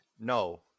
No